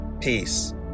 peace